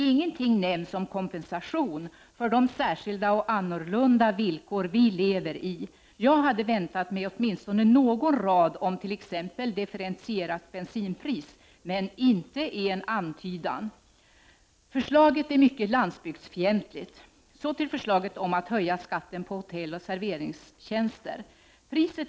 Ingenting nämns om kompensation för de särskilda och annorlunda villkor vi lever i! Jag hade väntat mig åtminstone någon rad omt.ex. differentierat bensinpris — men inte en antydan! Förslaget är mycket landsbygdsfientligt. Så går jag över till förslaget om att höja skatten på hotelloch serveringstjänster.